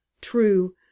true